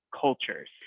cultures